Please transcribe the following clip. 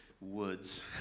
woods